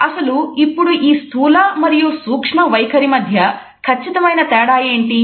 అసలు ఇప్పుడు ఈ స్థూల మరియు సూక్ష్మ వైఖరి మధ్య ఖచ్చితమైన తేడా ఏంటి